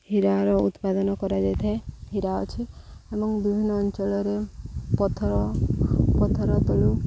ହୀରାର ଉତ୍ପାଦନ କରାଯାଇଥାଏ ହୀରା ଅଛି ଏବଂ ବିଭିନ୍ନ ଅଞ୍ଚଳରେ ପଥର ପଥର ତଳୁ